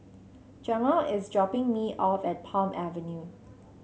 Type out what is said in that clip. Jamal is dropping me off at Palm Avenue